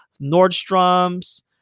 Nordstrom's